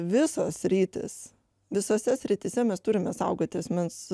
visos sritys visose srityse mes turime saugoti asmens